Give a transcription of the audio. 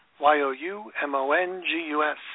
Y-O-U-M-O-N-G-U-S